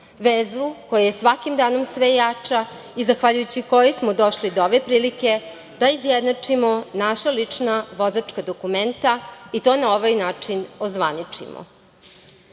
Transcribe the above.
vezu koja je svakim danom sve jača i zahvaljujući kojoj smo došli do ove prilike da izjednačimo naša lična vozačka dokumenta, i to na ovaj način ozvaničimo. Primer